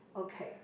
okay